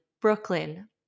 Brooklyn